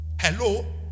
Hello